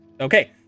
Okay